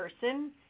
person